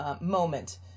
moment